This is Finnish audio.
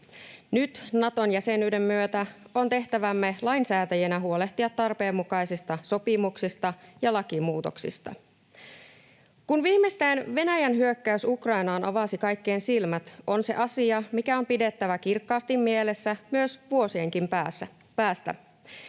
Nyt Naton jäsenyyden myötä on tehtävämme lainsäätäjinä huolehtia tarpeenmukaisista sopimuksista ja lakimuutoksista. Kun viimeistään Venäjän hyökkäys Ukrainaan avasi kaikkien silmät, on se asia, mikä on pidettävä kirkkaasti mielessä myös vuosienkin päästä.